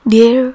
Dear